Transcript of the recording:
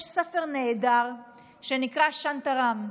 יש ספר נהדר שנקרא "שאנטראם".